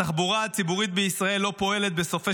התחבורה הציבורית בישראל לא פועלת בסופי